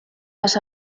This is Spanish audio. las